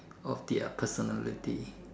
of their personality